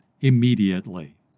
immediately